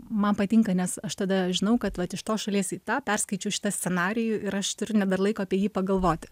man patinka nes aš tada žinau kad vat iš tos šalies į tą perskaičiau šitą scenarijų ir aš turiu net dar laiko apie jį pagalvoti